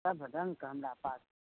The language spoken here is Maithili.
सब रङ्ग कऽ हमरा पास